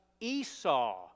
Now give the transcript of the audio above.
Esau